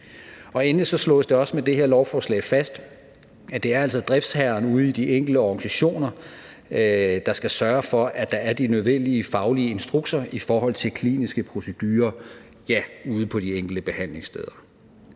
Endelig slås det også med det her lovforslag fast, at det altså er driftsherren ude i de enkelte organisationer, der skal sørge for, at der er de nødvendige, faglige instrukser i forhold til kliniske procedurer ude på, ja, de enkelte behandlingssteder.